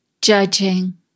Judging